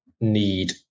need